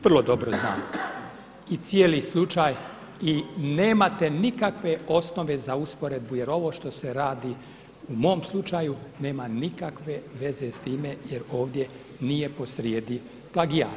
Vrlo dobro znam i cijeli slučaj i nemate nikakve osnove za usporedbu, jer ovo što se radi u mom slučaju nema nikakve veze s time jer ovdje nije posrijedi plagijat.